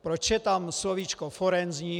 Proč je tam slovíčko forenzní.